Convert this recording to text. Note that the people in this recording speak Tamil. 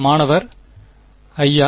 மாணவர் ஐயா